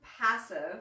passive